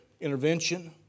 intervention